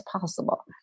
possible